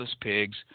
pigs